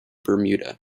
bermuda